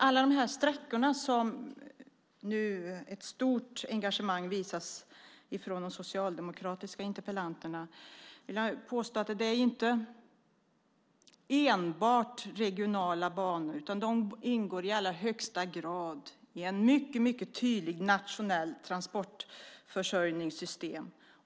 Alla sträckor som nu visas ett stort engagemang från de socialdemokratiska interpellanterna vill jag påstå inte är enbart regionala banor, utan de ingår i allra högsta grad i ett mycket tydligt nationellt transportförsörjningssystem.